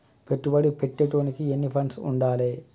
పెట్టుబడి పెట్టేటోనికి ఎన్ని ఫండ్స్ ఉండాలే?